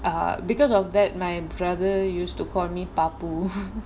uh because of that my brother used to call me papoo